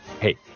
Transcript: hey